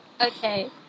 Okay